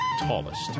tallest